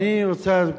אני רוצה,